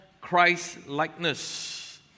Christ-likeness